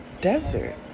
desert